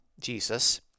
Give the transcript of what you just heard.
jesus